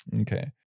Okay